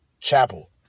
Chapel